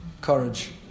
courage